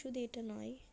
শুধু এটা নয়